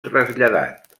traslladat